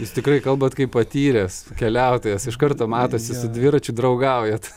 jūs tikrai kalbat kaip patyręs keliautojas iš karto matosi su dviračiu draugaujat